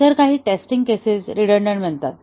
तर काही testing cases redundant बनतात